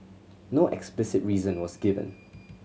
no explicit reason was given